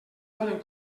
donen